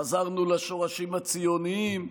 חזרנו לשורשים הציוניים,